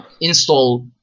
install